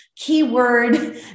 keyword